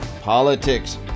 politics